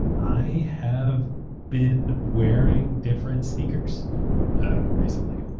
i have been wearing different sneakers ah recently.